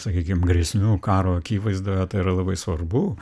sakykim grėsmių karo akivaizdoje tai yra labai svarbu